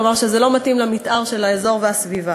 כלומר זה לא מתאים למתאר של האזור ושל הסביבה.